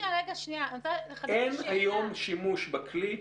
אין היום שימוש בכלי.